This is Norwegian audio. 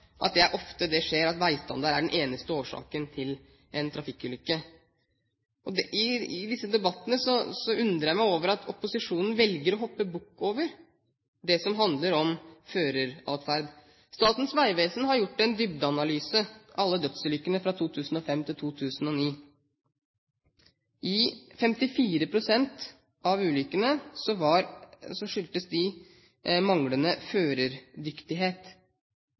men jeg tror ikke det er riktig å si at veistandard ofte er eneste årsak til en trafikkulykke. I disse debattene undrer jeg meg over at opposisjonen velger å hoppe bukk over det som handler om føreradferd. Statens vegvesen har gjort en dybdeanalyse av alle dødsulykkene fra 2005 til 2009. 54 pst. av ulykkene skyldtes manglende førerdyktighet.